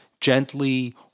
gently